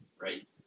right